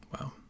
Wow